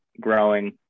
growing